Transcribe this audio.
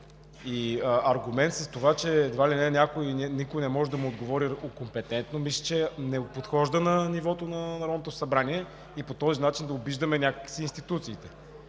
и аргумент с това, че едва ли не никой не може да му отговори компетентно, мисля, че не подхожда на нивото на Народното събрание и по този начин да обиждаме някак си институциите.